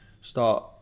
start